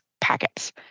packets